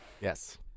Yes